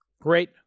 Great